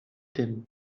tym